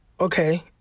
okay